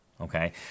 okay